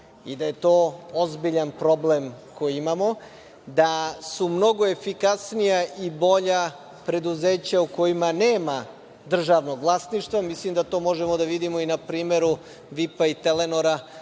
i da je to ozbiljan problem koji imamo, da su mnogo efikasnija i bolja preduzeća u kojima nema državnog vlasništva, a mislim da to možemo da vidimo i na primeru VIP-a i Telenora